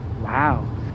Wow